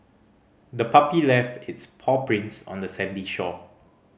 the puppy left its paw prints on the sandy shore